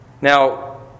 Now